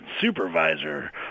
supervisor